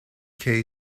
kay